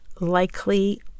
likely